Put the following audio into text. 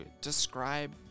describe